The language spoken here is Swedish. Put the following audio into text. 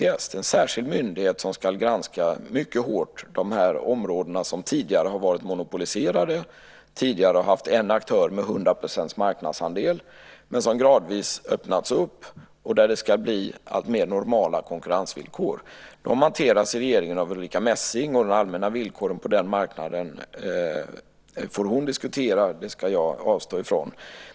Det är en särskild myndighet som mycket hårt ska granska de områden som tidigare har varit monopoliserade, som tidigare har haft en aktör med 100 % marknadsandel men som gradvis öppnats upp och där det ska bli alltmer normala konkurrensvillkor. De frågorna hanteras i regeringen av Ulrica Messing. De allmänna villkoren på den marknaden får hon diskutera. Det ska jag avstå från.